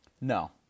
No